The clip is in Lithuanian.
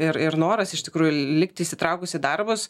ir ir noras iš tikrųjų likti įsitraukus į darbus